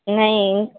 नहीं